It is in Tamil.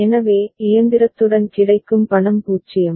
எனவே இயந்திரத்துடன் கிடைக்கும் பணம் 0